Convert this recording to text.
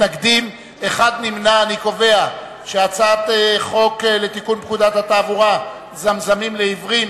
את הצעת חוק לתיקון פקודת התעבורה (זמזמים לעיוורים),